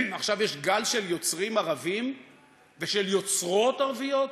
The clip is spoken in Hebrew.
עכשיו יש גל של יוצרים ערבים ושל יוצרות ערביות,